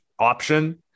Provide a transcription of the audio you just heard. Option